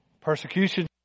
Persecution